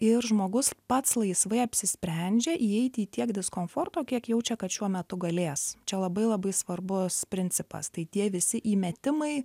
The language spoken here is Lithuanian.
ir žmogus pats laisvai apsisprendžia įeiti į tiek diskomforto kiek jaučia kad šiuo metu galės čia labai labai svarbus principas tai tie visi į metimai